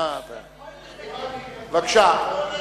בבקשה.